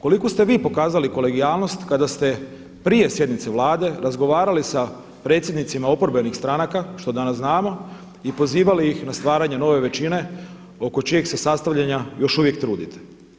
Koliku ste vi pokazali kolegijalnost kada ste prije sjednice Vlade razgovarali sa predsjednicima oporbenih stranaka što danas znamo i pozivali ih na stvaranje nove većine oko čijeg se sastavljanja još uvijek trudite?